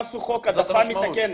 למה חוקקו חוק העדפה מתקנת?